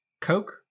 Coke